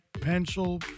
pencil